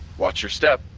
watch your step